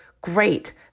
great